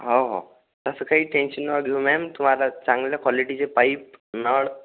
हो हो तसं काही टेंशन नका घेऊ मॅम तुम्हाला चांगल्या क्वालिटीचे पाईप नळ